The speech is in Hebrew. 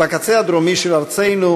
בקצה הדרומי של ארצנו,